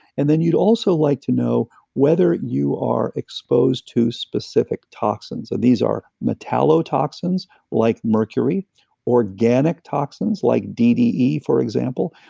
and then you'd also like to know whether you are exposed to specific toxins. and these are metallo toxins like mercury organic toxins like dde, for example,